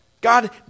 God